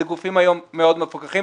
זה גופים היום מאוד מפוקחים.